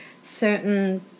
certain